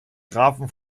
grafen